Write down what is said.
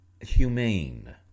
humane